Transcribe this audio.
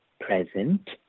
present